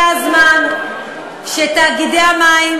שתאגידי המים,